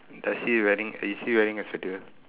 does she wearing is she wearing a spectacle